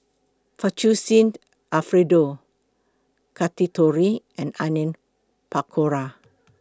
Fettuccine Alfredo and Onion Pakora